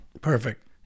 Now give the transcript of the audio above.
perfect